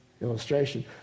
illustration